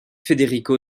federico